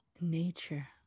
Nature